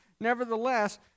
nevertheless